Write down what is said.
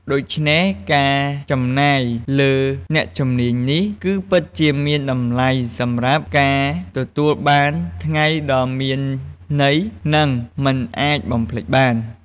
ដូច្នេះ ការចំណាយលើអ្នកជំនាញនេះ គឺពិតជាមានតម្លៃសម្រាប់ការទទួលបានថ្ងៃដ៏មានន័យ និងមិនអាចបំភ្លេចបាន។